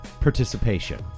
participation